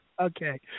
Okay